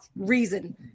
reason